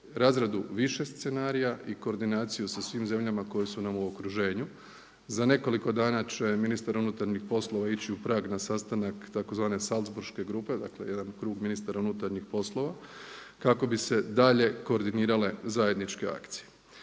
razradu više scenarija i koordinaciju sa svim zemljama koje su nam u okruženju. Za nekoliko dana će ministar unutarnjih poslova ići u Prag na sastanak tzv. Salzburške grupe dakle jedan krug ministara unutarnjih poslova kako bi se dalje koordinirale zajedničke akcije.